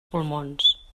pulmons